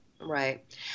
right